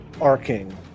arcing